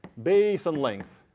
base and length.